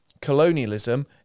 colonialism